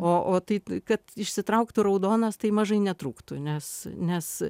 o tai kad išsitrauktų raudonas tai mažai netrūktų nes nes